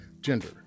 gender